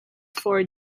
four